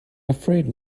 afraid